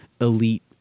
elite